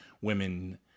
women